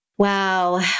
Wow